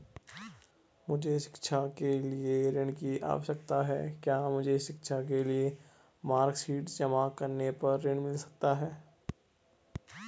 मुझे शिक्षा के लिए ऋण की आवश्यकता है क्या मुझे शिक्षा के लिए मार्कशीट जमा करने पर ऋण मिल सकता है?